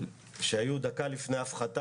כאשר היו דקה לפני הפחתת